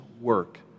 work